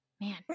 Man